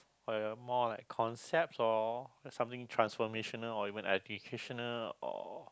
or ya more like concepts or something transformational or even educational or